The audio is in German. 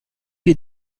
wir